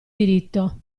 diritto